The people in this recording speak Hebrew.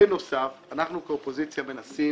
בנוסף, אנחנו באופוזיציה מנסים